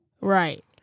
Right